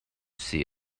see